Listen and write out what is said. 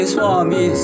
Swami